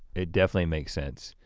it definitely makes sense.